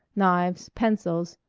knives, pencils,